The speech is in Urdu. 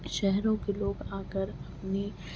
شہروں کے لوگ آ کر اپنی